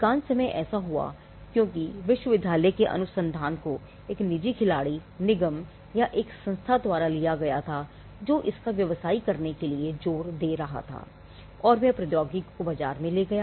अधिकांश समय ऐसा हुआ क्योंकि विश्वविद्यालय के अनुसंधान को एक निजी खिलाड़ी निगम या एक संस्था द्वारा लिया गया था जो इसका व्यवसायीकरण करने के लिए जोर दे रहा था और वह प्रौद्योगिकी को बाजार में ले गया